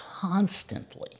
constantly